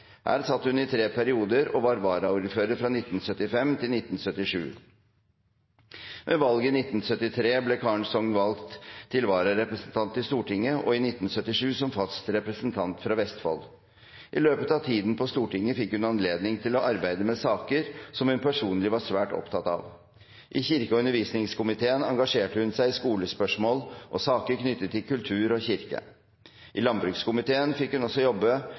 Her satt hun i tre perioder og var varaordfører fra 1975 til 1977. Ved valget i 1973 ble Karen Sogn valgt til vararepresentant til Stortinget, og i 1977 som fast representant fra Vestfold. I løpet av tiden på Stortinget fikk hun anledning til å arbeide med saker som hun personlig var svært opptatt av. I kirke- og undervisningskomiteen engasjerte hun seg i skolespørsmål og saker knyttet til kultur og kirke. I landbrukskomiteen fikk hun også jobbe